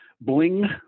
bling